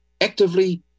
actively